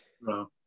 No